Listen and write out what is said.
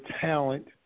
talent